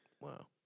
Wow